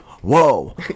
whoa